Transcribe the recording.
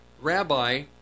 Rabbi